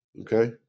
Okay